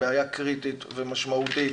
היא בעיה קריטית ומשמעותית,